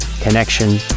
connection